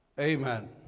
Amen